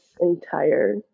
entire